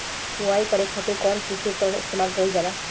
बुआई करे खातिर कउन कृषी उपकरण इस्तेमाल कईल जाला?